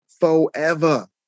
Forever